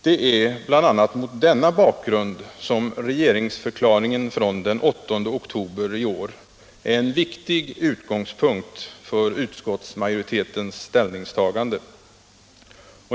Det är bl.a. mot denna bakgrund som regeringsförklaringen från den 8 oktober i år är en viktig utgångspunkt för utskottsmajoritetens ställningstagande.